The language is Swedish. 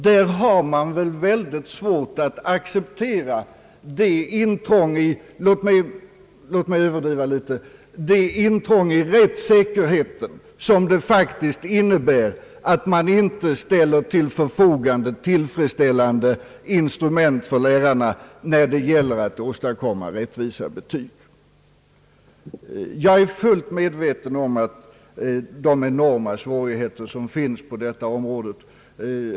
Där har man mycket svårt att acceptera — låt mig överdriva uttrycket något — det intrång i rättssäkerheten som det faktiskt innebär att man inte ställer tillfredsställande instrument till förfogande för lärarna när det gäller att åstadkomma rättvisa betyg. Jag är fullt medveten om de enorma svårigheter som finns på detta område.